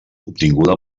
obtinguda